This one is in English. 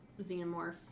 Xenomorph